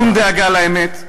שום דאגה לאמת,